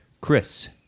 Chris